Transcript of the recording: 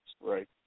Right